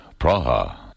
Praha